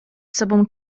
sobą